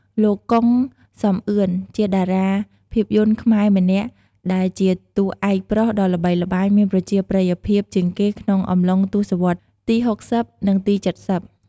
លោក កុង សំអឿន ជាតារាភាពយន្តខ្មែរម្នាក់ដែលជាតួឯកប្រុសដ៏ល្បីល្បាញមានប្រជាប្រិយភាពជាងគេក្នុងអំឡុងទសវត្សរ៍ ទី៦០ និងទី៧០។